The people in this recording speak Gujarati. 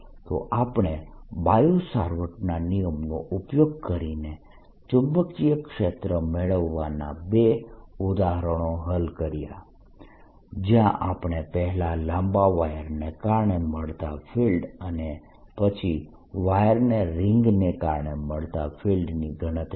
તો આપણે બાયો સાવર્ટના નિયમનો ઉપયોગ કરીને ચુંબકીય ક્ષેત્ર મેળવવાના બે ઉદાહરણો હલ કર્યા જ્યાં આપણે પહેલા લાંબા વાયરને કારણે મળતા ફિલ્ડ અને પછી વાયરની રીંગને કારણે મળતા ફિલ્ડની ગણતરી કરી